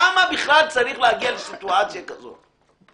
למה בכלל צריך להגיע לסיטואציה כזאת?